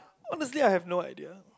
honestly I have no idea